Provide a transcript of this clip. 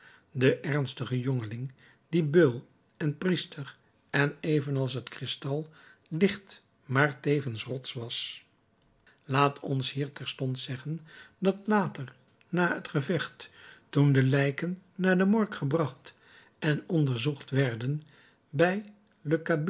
den ernstigen jongeling die beul en priester en even als het kristal licht maar tevens rots was laat ons hier terstond zeggen dat later na het gevecht toen de lijken naar de morgue gebracht en onderzocht werden bij le